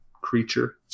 creature